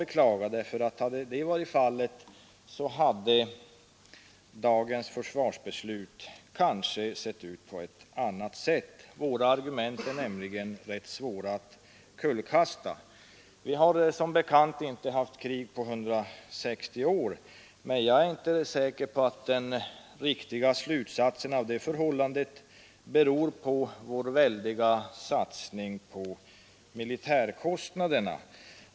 Om så hade skett hade dagens försvarsbeslut kanske sett ut på ett annat sätt. Våra argument är nämligen svåra att kullkasta. Sverige har som bekant inte varit i krig på 160 år, men jag är inte säker på att det är en riktig slutsats att säga att det beror på vår väldiga satsning på försvaret.